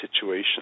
situation